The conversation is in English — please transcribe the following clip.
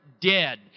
dead